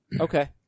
Okay